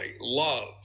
love